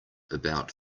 about